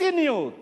הציניות